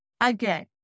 again